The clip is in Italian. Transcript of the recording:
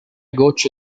gocce